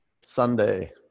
sunday